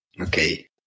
Okay